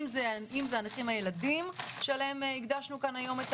אם זה הנכים הילדים שלהם הקדשנו היום את